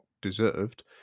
deserved